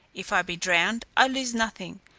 if i be drowned, i lose nothing,